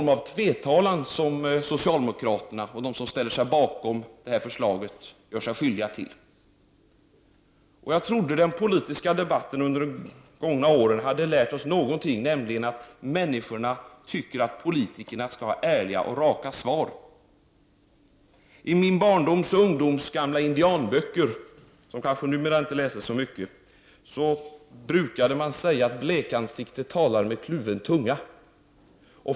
Socialdemokraterna och de som ställer sig bakom detta förslag gör sig skyldiga till en form av tvetalan. Jag trodde att vi hade lärt oss någonting av den politiska debatten under de gångna åren, nämligen att människorna vill ha ärliga och raka besked från politikerna. I min ungdoms indianböcker, som numera kanske inte läses så mycket, brukade man säga att blekansikten talar med kluven tunga.